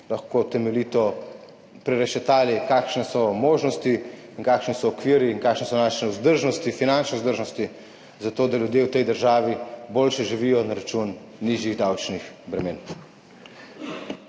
lahko temeljito prerešetali, kakšne so možnosti in kakšni so okviri in kakšne so naše vzdržnosti, finančne vzdržnosti za to, da ljudje v tej državi boljše živijo na račun nižjih davčnih bremen.